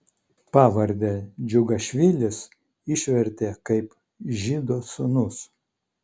pavardę džiugašvilis išvertė kaip žydo sūnus